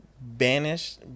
banished